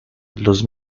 los